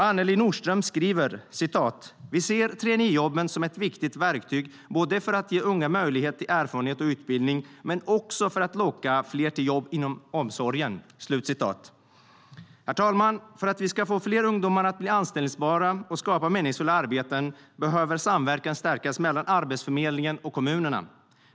Annelie Nordström skriver: "Vi ser traineejobben som ett viktigt verktyg både för att ge unga möjlighet till erfarenhet och utbildning, men också för att locka fler till jobb inom omsorgen. "Herr talman! För att vi ska få fler ungdomar att bli anställbara och skapa meningsfulla arbeten behöver samverkan stärkas mellan Arbetsförmedlingen och kommunerna.